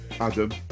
Adam